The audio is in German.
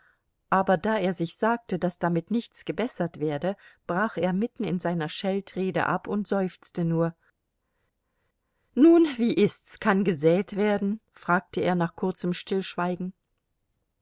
aber da er sich sagte daß damit nichts gebessert werde brach er mitten in seiner scheltrede ab und seufzte nur nun wie ist's kann gesät werden fragte er nach kurzem stillschweigen